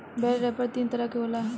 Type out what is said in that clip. बेल wrapper तीन तरह के होला